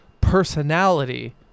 personality